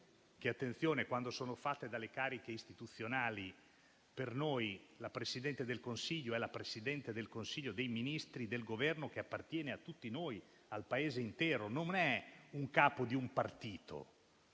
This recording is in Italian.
che - attenzione - sono promesse fatte dalle cariche istituzionali. Per noi, la Presidente del Consiglio è la Presidente del Consiglio dei ministri del Governo che appartiene a tutti noi, al Paese intero, non è il capo di un partito,